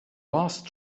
last